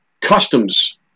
customs